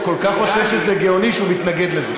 הוא כל כך חושב שזה גאוני שהוא מתנגד לזה.